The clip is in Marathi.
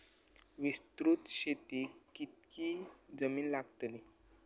विस्तृत शेतीक कितकी जमीन लागतली?